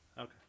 okay